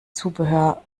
zubehör